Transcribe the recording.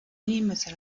inimesel